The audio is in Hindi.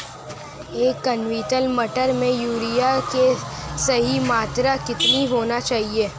एक क्विंटल मटर में यूरिया की सही मात्रा कितनी होनी चाहिए?